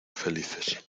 felices